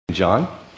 John